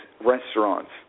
restaurants